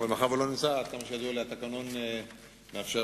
אבל מאחר שהוא לא נמצא,